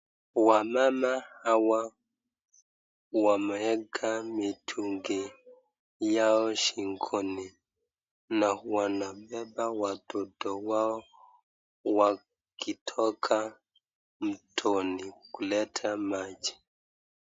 Wamama hawa wameeka mitungi yao shingoni na wanabeba watoto wao wakitoka mtoni kuleta maji.